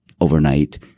overnight